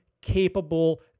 capable